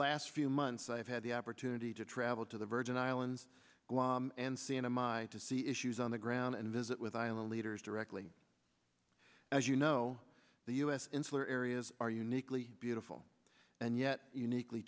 last few months i have had the opportunity to travel to the virgin islands and see in a minute to see issues on the ground and visit with island leaders directly as you know the u s insular areas are uniquely beautiful and yet uniquely